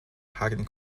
hagen